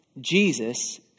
Jesus